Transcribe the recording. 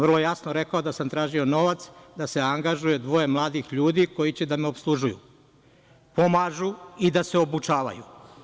Vrlo jasno sam rekao da sam tražio novac da se angažuje dvoje mladih ljudi koji će da me opslužuju, pomažu i da se obučavaju.